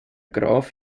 graf